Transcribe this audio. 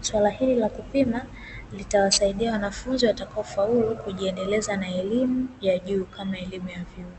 swala hili la kupima litawasaidia wanafunzi watakaofaulu kujiendeleza na elimu ya juu kama elimu ya vyuo.